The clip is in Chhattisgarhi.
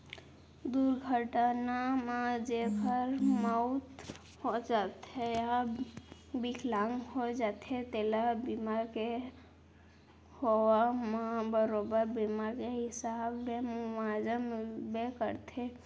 दुरघटना म जेकर मउत हो जाथे या बिकलांग हो जाथें तेला बीमा के होवब म बरोबर बीमा के हिसाब ले मुवाजा मिलबे करथे